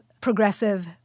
progressive